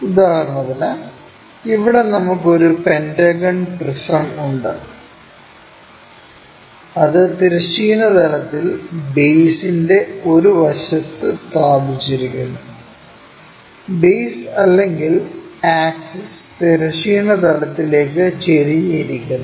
ഉദാഹരണത്തിന് ഇവിടെ നമുക്ക് ഒരു പെന്റഗൺ പ്രിസം ഉണ്ട് അത് തിരശ്ചീന തലത്തിൽ ബേസ്ന്റെ ഒരു വശത്ത് സ്ഥാപിച്ചിരിക്കുന്നു ബേസ് അല്ലെങ്കിൽ ആക്സിസ് തിരശ്ചീന തലത്തിലേക്ക് ചെരിഞ്ഞു ഇരിക്കുന്നു